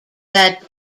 that